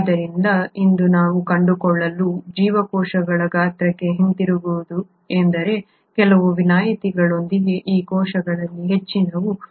ಆದ್ದರಿಂದ ಇಂದು ನಾವು ಕಂಡುಕೊಳ್ಳುವ ಜೀವಕೋಶಗಳ ಗಾತ್ರಕ್ಕೆ ಹಿಂತಿರುಗುವುದು ಎಂದರೆ ಕೆಲವು ವಿನಾಯಿತಿಗಳೊಂದಿಗೆ ಈ ಕೋಶಗಳಲ್ಲಿ ಹೆಚ್ಚಿನವು 0